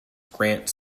grant